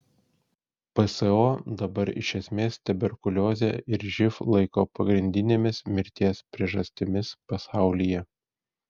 pso dabar iš esmės tuberkuliozę ir živ laiko pagrindinėmis mirties priežastimis pasaulyje